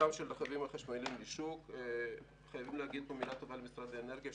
כניסתם של רכבים חשמליים לשוק חייבים להגיד מילה טובה למשרד האנרגיה,